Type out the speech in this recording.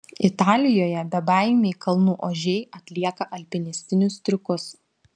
italijoje bebaimiai kalnų ožiai atlieka alpinistinius triukus